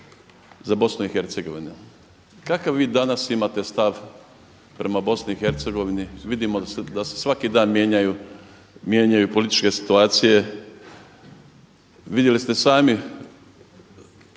za BIH. Kakav vi danas imate stav prema BIH? Vidimo da se svaki dan mijenjaju političke situacije, vidjeli ste sami